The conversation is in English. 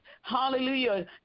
Hallelujah